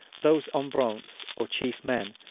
those embrence, or chief men,